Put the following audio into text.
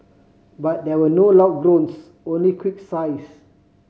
but there were no loud groans only quick sighs